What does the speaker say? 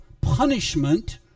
punishment